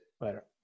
Later